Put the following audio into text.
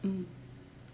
mm